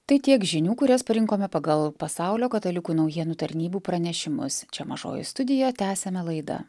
tai tiek žinių kurias parinkome pagal pasaulio katalikų naujienų tarnybų pranešimus čia mažoji studija tęsiame laidą